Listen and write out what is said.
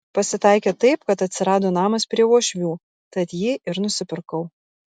pasitaikė taip kad atsirado namas prie uošvių tad jį ir nusipirkau